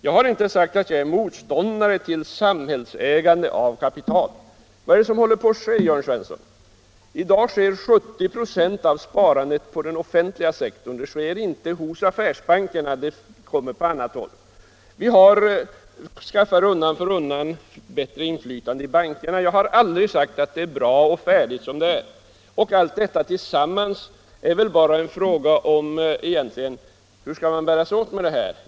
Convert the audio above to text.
Jag har inte sagt att jag är motståndare till samhällsägande av kapital. Vad är det som håller på att ske, Jörn Svensson? I dag sker 70 96 av sparandet inom den offentliga sektorn och alltså en mindre del hos affärsbankerna. Vi skaffar oss undan för undan ett större inflytande i bankerna, men jag har aldrig sagt att allt är bra och färdigt som det är. Frågan är väl bara hur man skall bära sig åt.